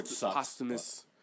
Posthumous